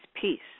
peace